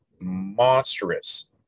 Monstrous